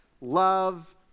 love